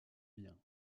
bien